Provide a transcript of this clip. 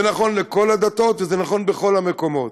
זה נכון לכל הדתות וזה נכון בכל המקומות.